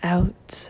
Out